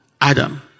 Adam